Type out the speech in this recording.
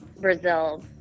Brazil